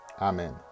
amen